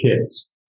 kids